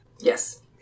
Yes